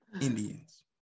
Indians